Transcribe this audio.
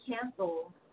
cancel